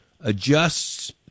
adjusts